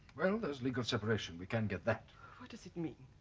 well there's legal separation we can get that. what does it mean?